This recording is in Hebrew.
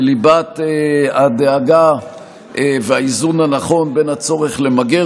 בליבת הדאגה והאיזון הנכון בין הצורך למגר